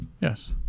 Yes